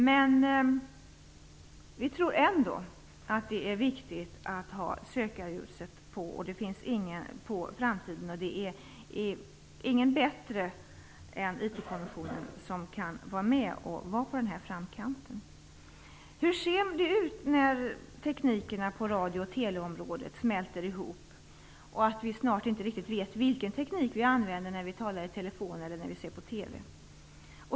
Men vi tror ändå att det är viktigt att ha sökarljuset på framtiden, och det finns inte någon bättre instans än IT-kommissionen som kan vara i främre ledet. Hur ser det ut när teknikerna på radio och teleområdet smälter ihop och vi snart inte vet vilken teknik vi använder när vi talar i telefon eller när vi ser på TV?